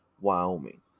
Wyoming